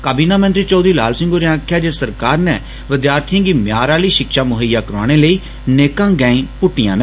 काबीना मंत्री चौधरी लाल सिंह होरें आक्खेआ ऐ जे सरकार ने विद्यार्थिएं गी मेयार आहली षिक्षा मुहैय्या करोआने लेई नेकां गैं पुष्टियां न